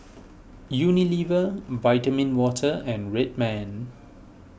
Unilever Vitamin Water and Red Man